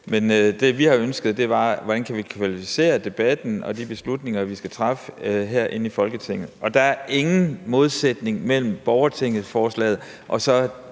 Men det, vi har ønsket, er at sige: Hvordan kan vi kvalificere debatten og de beslutninger, vi skal træffe herinde i Folketinget? Og der er ingen modsætning mellem forslaget om et